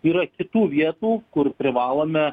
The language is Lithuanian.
yra kitų vietų kur privalome